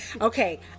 Okay